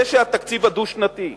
זה שהתקציב הדו-שנתי,